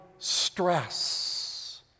stress